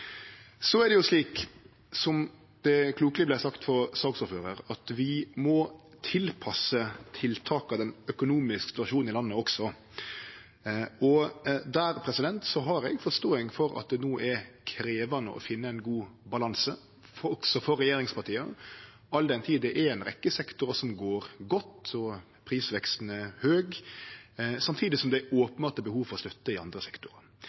Så er det jo slik, som det klokeleg vart sagt frå saksordføraren, at vi også må tilpasse tiltaka den økonomiske situasjonen i landet. Der har eg forståing for at det no er krevjande å finne ein god balanse også for regjeringspartia, all den tid det er ei rekkje sektorar som går godt og prisveksten er høg, samtidig som det openbert er behov for støtte i andre sektorar.